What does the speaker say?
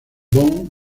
bonn